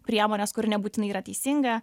priemonės kuri nebūtinai yra teisinga